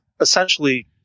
essentially